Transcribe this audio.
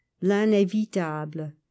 l'inévitable